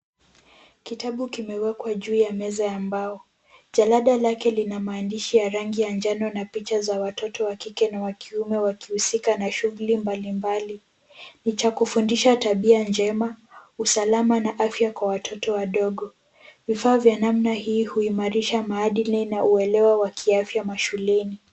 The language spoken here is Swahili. Kitabu kimewekwa juu ya meza ya mbao. Jalada lake lina maandishi ya rangi ya njano na picha za watoto wa kike na wa kiume wakihusika na shughuli mbalimbali. Ni cha kufundisha tabia njema, usalama na afya kwa watoto wadogo. Vifaa vya namna hii huimarisha maadili na uelewa wa kiafya mashuleni.